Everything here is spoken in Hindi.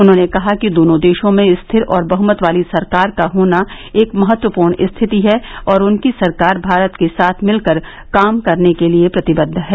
उन्होंने कहा कि दोनों देशों में स्थिर और बहुमत वाली सरकार का होना एक महत्वपूर्ण स्थिति है और उनकी सरकार भारत के साथ मिलकर काम करने के लिए प्रतिबद्ध है